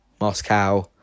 Moscow